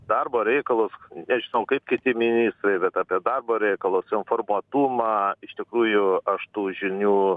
darbo reikalus nežinau kaip kiti ministrai bet apie darbo reikalus informuotumą iš tikrųjų aš tų žinių